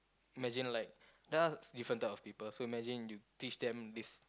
imagine like does different type of people so imagine you teach them this